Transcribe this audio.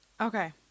Okay